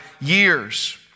years